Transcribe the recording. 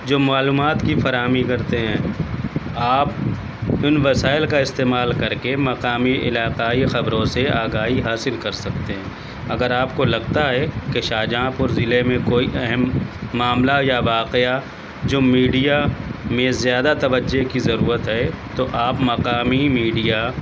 جو معلومات کی فراہمی کرتے ہیں آپ ان وسائل کا استعمال کر کے مقامی علاقائی خبروں سے آگاہی حاصل کر سکتے ہیں اگر آپ کو لگتا ہے کہ شاہجہاں پور ضلعے میں کوئی اہم معاملہ یا واقعہ جو میڈیا میں زیادہ توجہ کی ضرورت ہے تو آپ مقامی میڈیا